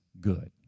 good